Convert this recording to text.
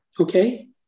Okay